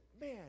man